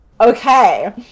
Okay